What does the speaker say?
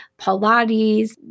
Pilates